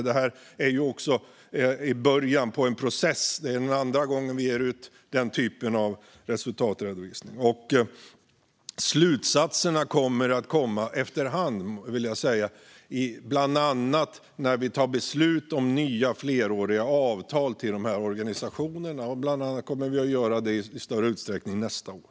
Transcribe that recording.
Detta är ju också i början av en process - det är andra gången vi ger ut den typen av resultatredovisning. Slutsatserna kommer att komma efter hand, bland annat när vi tar beslut om nya fleråriga avtal med dessa organisationer. Vi kommer att göra det i större utsträckning nästa år.